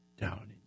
down